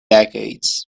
decades